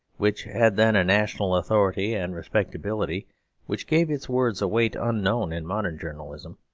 which had then a national authority and respectability which gave its words a weight unknown in modern journalism,